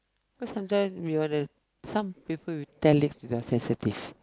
cause sometime we wanna some people we tell if they are sensitive